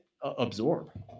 absorb